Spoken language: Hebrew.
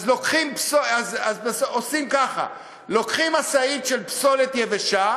אז עושים ככה: לוקחים משאית של פסולת יבשה